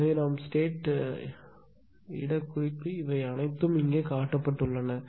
எனவே நாம் ஸ்டேட் இடப் குறிப்பு இவை அனைத்தும் இங்கே காட்டப்பட்டுள்ளன